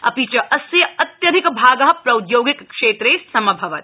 अपि च अस्य अत्यधिभाग प्रौद्योगिक क्षेत्रे समभवत्